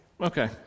Okay